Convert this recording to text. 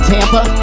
Tampa